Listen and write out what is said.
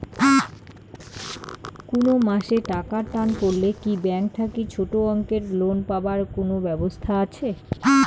কুনো মাসে টাকার টান পড়লে কি ব্যাংক থাকি ছোটো অঙ্কের লোন পাবার কুনো ব্যাবস্থা আছে?